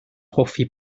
hoffi